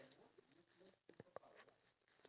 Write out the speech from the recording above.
something rotten